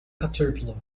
caterpillar